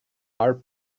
are